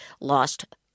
lost